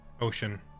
ocean